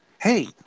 hey